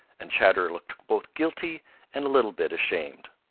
and chatterer looked both guilty and a little bit ashamed.